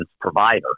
provider